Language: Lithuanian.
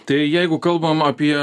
tai jeigu kalbam apie